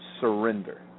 surrender